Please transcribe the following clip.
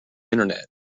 internet